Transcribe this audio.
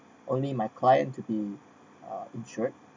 only my client to be uh insured